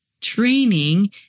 training